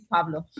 Pablo